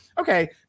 Okay